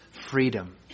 freedom